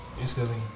Instantly